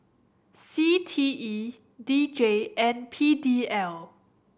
C T E D J and P D L